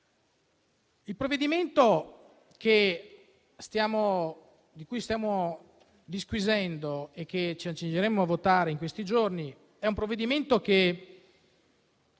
Il provvedimento di cui stiamo disquisendo e che ci accingeremo a votare in questi giorni ha subito